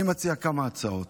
אני מציע כמה הצעות: